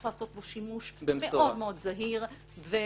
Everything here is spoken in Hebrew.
לעשות בו שימוש מאוד זהיר ובמשורה.